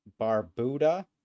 Barbuda